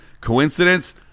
Coincidence